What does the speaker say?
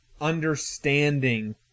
understanding